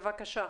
בבקשה.